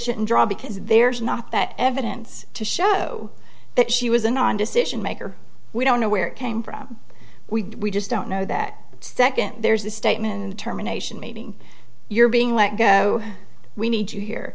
shouldn't draw because there's not that evidence to show that she was an on decision maker we don't know where it came from we just don't know that second there's the statement and terminations meeting you're being let go we need you here